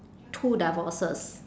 two divorces